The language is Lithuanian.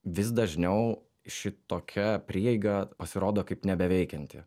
vis dažniau šitokia prieiga pasirodo kaip nebeveikianti